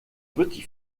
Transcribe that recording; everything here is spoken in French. petit